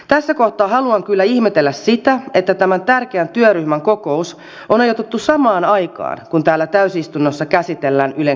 tässä kohtaa haluan kyllä ihmetellä sitä että tämän tärkeän työryhmän kokous on ajoitettu samaan aikaan kun täällä täysistunnossa käsitellään ylen kertomusta